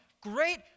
great